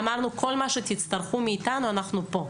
אמרנו, כל מה שתצטרכו מאיתנו אנחנו פה.